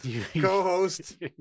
co-host